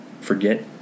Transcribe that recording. forget